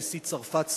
נשיא צרפת,